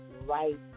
right